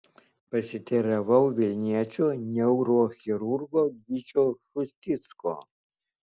pasiteiravau vilniečio neurochirurgo gyčio šusticko